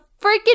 freaking